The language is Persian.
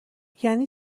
یعنی